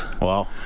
Wow